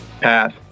path